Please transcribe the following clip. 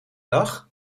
dag